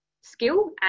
skill